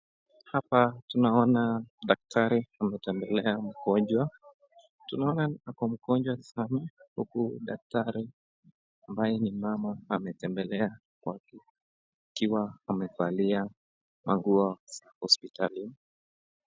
Hapa tunaona daktari ametembelea mgonjwa. Tunaona ako mgonjwa sana uku daktari ambaye ni mama ametembelea kwake akiwa amevalia manguo za hospitali.